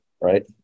right